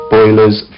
boilers